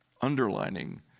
underlining